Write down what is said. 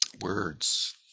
Words